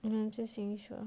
you know I'm just saying sure